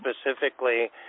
specifically